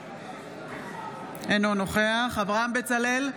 אינו נוכח אברהם בצלאל,